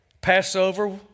Passover